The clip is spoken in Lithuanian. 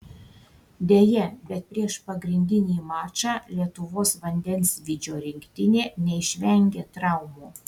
deja bet prieš pagrindinį mačą lietuvos vandensvydžio rinktinė neišvengė traumų